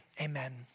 Amen